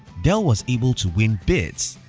dell was able to win bids.